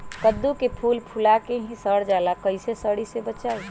कददु के फूल फुला के ही सर जाला कइसे सरी से बचाई?